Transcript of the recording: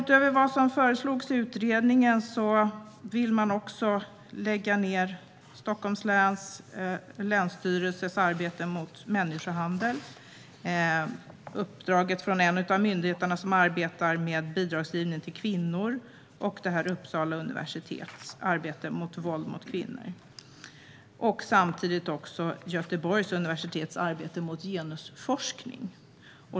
Utöver vad som föreslogs i utredningen vill man lägga ned länsstyrelsen i Stockholms arbete mot människohandel, uppdraget hos en av myndigheterna som handlar om bidragsgivning till kvinnor, Uppsala universitets arbete mot våld mot kvinnor och Göteborgs universitets arbete med genusforskning.